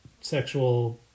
sexual